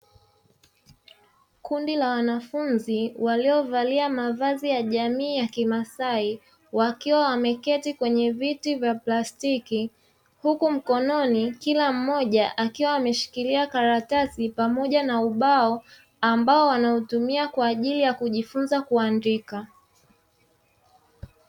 Kundi la wanafunzi waliovalia mavazi ya jamii ya kimasai, wakiwa wameketi kwenye viti vya plastiki huku mkononi kila mmoja akiwa ameshikilia karatasi pamoja na ubao; ambao anautumia kwa ajili ya kujifunza kuandika.